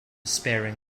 sparing